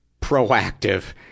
proactive